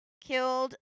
killed